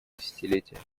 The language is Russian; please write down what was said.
десятилетие